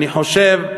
אני חושב,